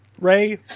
Ray